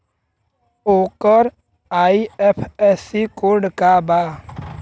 ओकर IFSC code का बा?